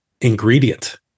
ingredient